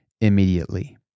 immediately